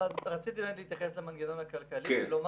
רציתי להתייחס למנגנון הכלכלי ולומר